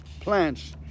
plants